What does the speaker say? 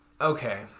Okay